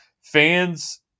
fans